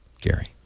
Gary